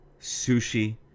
sushi